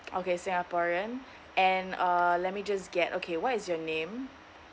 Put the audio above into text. okay singaporean and uh let me just get okay what is your name